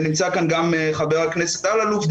ונמצא כאן גם חבר הכנסת לשעבר אללוף.